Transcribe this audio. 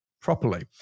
properly